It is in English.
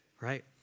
right